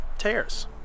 Tears